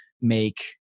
make